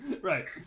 Right